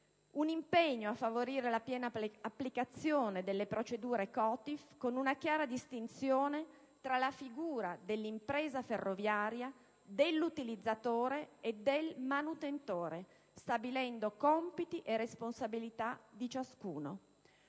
l'impegno a favorire la piena applicazione delle procedure COTIF (con una chiara distinzione tra la figura dell'impresa ferroviaria, dell'utilizzatore e del manutentore, stabilendo compiti e responsabilità di ciascuno)